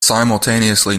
simultaneously